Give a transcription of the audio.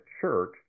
church